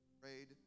prayed